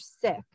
sick